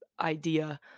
idea